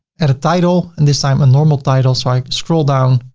add a title and this time a normal title, so i scroll down,